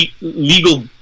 legal